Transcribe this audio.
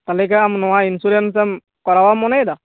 ᱛᱟᱦᱚᱞᱮ ᱠᱤ ᱟᱢ ᱱᱚᱣᱟ ᱤᱱᱥᱩᱨᱮᱱᱥ ᱮᱢ ᱠᱚᱨᱟᱣᱟᱢ ᱢᱚᱱᱮᱭᱮᱫᱟ